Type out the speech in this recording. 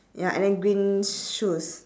ya and then green shoes